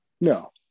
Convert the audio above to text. No